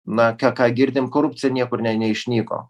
na ką ką girdim korupcija niekur ne neišnyko